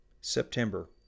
September